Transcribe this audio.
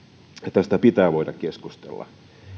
tästä pitää voida keskustella ja